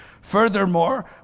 Furthermore